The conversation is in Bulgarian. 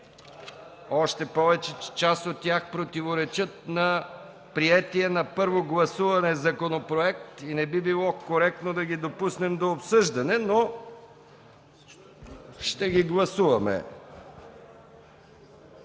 още повече, че част от тях противоречат на приетия на първо гласуване законопроект и не би било коректно да ги допуснем до обсъждане, но ще ги гласуваме.